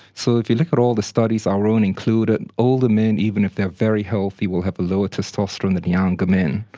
so if you look at all the studies, our own included, older men, even if they are very healthy will have lower testosterone than younger men,